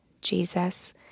Jesus